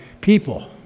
people